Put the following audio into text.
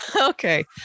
Okay